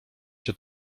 cię